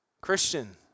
Christian